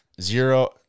zero